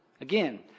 Again